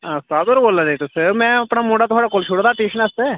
उस्ताद होर बोल्लै दे तुस में अपना मुड़ा थुआढ़े कोल छोड़े दा ट्यूशन आस्तै